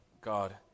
God